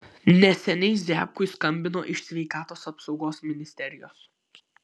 neseniai ziabkui skambino iš sveikatos apsaugos ministerijos